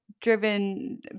driven